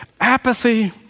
apathy